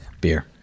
Beer